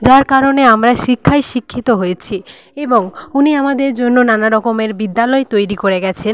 যার কারণে আমরা শিক্ষায় শিক্ষিত হয়েছি এবং উনি আমাদের জন্য নানা রকমের বিদ্যালয় তৈরি করে গিয়েছেন